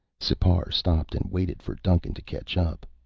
sipar stopped and waited for duncan to catch up.